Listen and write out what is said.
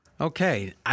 Okay